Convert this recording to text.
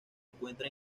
encuentra